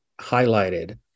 highlighted